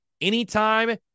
anytime